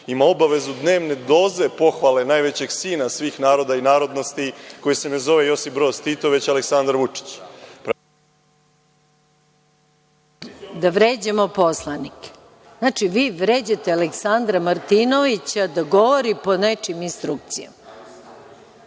ima obavezu dnevne doze pohvale najvećeg sina svih naroda i narodnosti koji se ne zove Josip Broz Tito, već Aleksandar Vučić. **Maja Gojković** Nećemo da vređamo poslanike. Znači, vi vređate Aleksandra Martinovića da govori po nečijim instrukcijama.